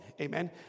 amen